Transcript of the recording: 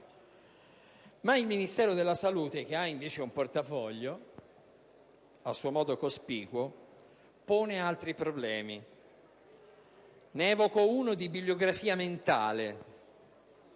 Ma il Ministero della salute, che ha invece un portafoglio a suo modo cospicuo, pone altri problemi e ne evoco uno, di bibliografia mentale: